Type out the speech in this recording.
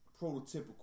prototypical